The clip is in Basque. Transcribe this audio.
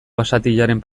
basatiaren